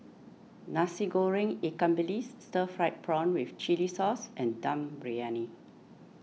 Nasi Goreng Ikan Bilis Stir Fried Prawn with Chili Sauce and Dum Briyani